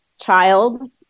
child